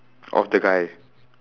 of the guy